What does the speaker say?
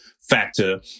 factor